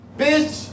bitch